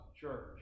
church